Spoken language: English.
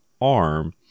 arm